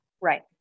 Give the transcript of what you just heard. right